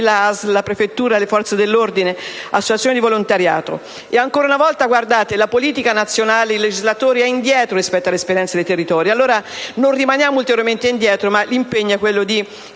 la prefettura, le forze dell'ordine e le associazioni di volontariato. E ancora una volta, guardate, la politica nazionale e il legislatore sono indietro rispetto all'esperienza dei territori. E allora non rimaniamo ulteriormente indietro; l'impegno è di